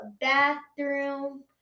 bathroom